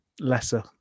lesser